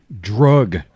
drug